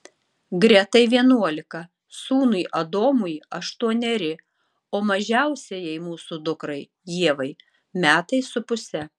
gretai vienuolika sūnui adomui aštuoneri o mažiausiajai mūsų dukrai ievai metai su puse